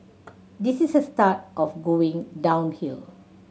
this is the start of going downhill